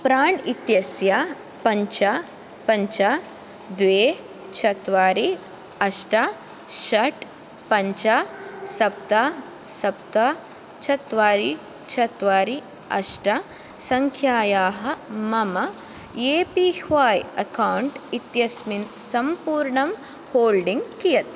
प्राण् इत्यस्य पञ्च पञ्च द्वे चत्वारि अष्ट षट् पञ्च सप्त सप्त चत्वारि चत्वारि अष्ट सङ्ख्यायाः मम ए पी वय् अकौण्ट् इत्यस्मिन् सम्पूर्णं होल्डिङ्ग् कियत्